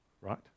right